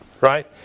Right